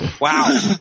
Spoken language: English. Wow